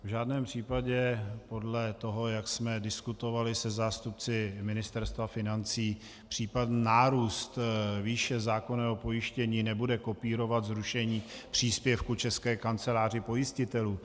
V žádném případě podle toho, jak jsme diskutovali se zástupci Ministerstva financí, případný nárůst výše zákonného pojištění nebude kopírovat zrušení příspěvku České kanceláři pojistitelů.